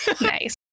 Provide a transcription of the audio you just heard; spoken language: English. Nice